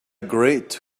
great